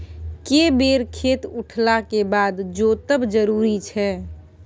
के बेर खेत उठला के बाद जोतब जरूरी छै?